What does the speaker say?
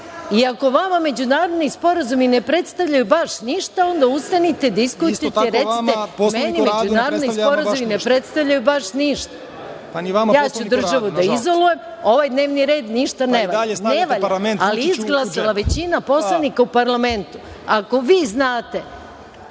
i ako vama međunarodni sporazumi ne predstavljaju baš ništa, onda ustanite, diskutujte i recite – meni međunarodni sporazumi ne predstavljaju baš ništa, ja ću državu da izolujem, ovaj dnevni red ništa ne valja, ali izglasala većina poslanika u parlamentu. Ako vi znate